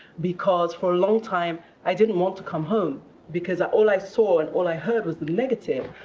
because for a long time, i didn't want to come home because all i saw and all i heard was the negative.